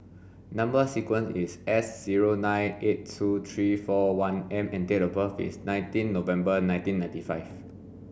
number sequence is S zero nine eight two three four one M and date of birth is nineteen November nineteen ninety five